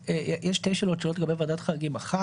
שתי שאלות עולות לגבי ועדת חריגים: אחת,